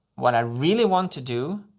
what i really want to do.